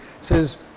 says